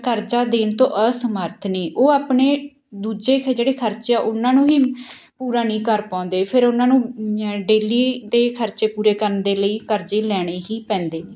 ਕਰਜਾ ਦੇਣ ਤੋਂ ਅਸਮਰਥ ਨੇ ਉਹ ਆਪਣੇ ਦੂਜੇ ਜਿਹੜੇ ਖਰਚੇ ਆ ਉਹਨਾਂ ਨੂੰ ਹੀ ਪੂਰਾ ਨਹੀਂ ਕਰ ਪਾਉਂਦੇ ਫਿਰ ਉਹਨਾਂ ਨੂੰ ਡੇਲੀ ਦੇ ਖਰਚੇ ਪੂਰੇ ਕਰਨ ਦੇ ਲਈ ਕਰਜੇ ਲੈਣੇ ਹੀ ਪੈਂਦੇ ਨੇ